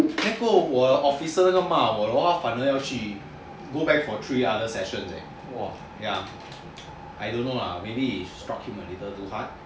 then 过后我的 officer 就骂我 then must go back for three other sessions eh I don't know lah maybe it struck him a little too hard